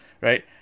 right